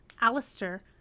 Alistair